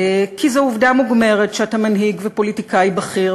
כי זו עובדה מוגמרת שאתה מנהיג ופוליטיקאי בכיר,